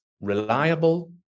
reliable